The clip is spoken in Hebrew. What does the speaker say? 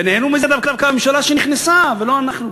ונהנו מזה דווקא הממשלה שנכנסה, ולא אנחנו.